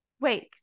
Wait